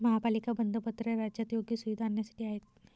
महापालिका बंधपत्रे राज्यात योग्य सुविधा आणण्यासाठी आहेत